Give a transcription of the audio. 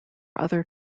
other